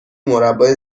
مربای